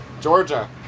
Georgia